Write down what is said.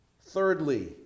thirdly